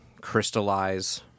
crystallize